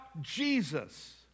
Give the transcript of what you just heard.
Jesus